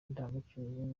indangagaciro